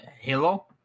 Hello